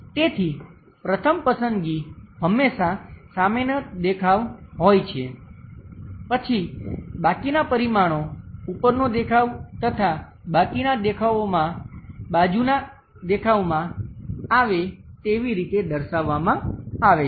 તેથી પ્રથમ પસંદગી હંમેશાં સામેના દેખાવ હોય છે પછી બાકીના પરિમાણો ઉપરનો દેખાવ તથા બાકીનાં દેખાવોમાં બાજુના દેખાવમાં આવે તેવી રીતે દર્શાવવામાં આવે છે